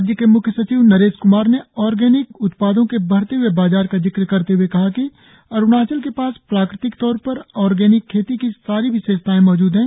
राज्य के म्ख्य सचिव नरेश क्मार ने ऑर्गेनिक उत्पादों के बढ़ते हुए बाजार का जिक्र करते हए कहा कि अरुणाचल के पास प्राकृतिक तौर पर ऑर्गेनिक खेती की सारी विशेषताएं मौजूद है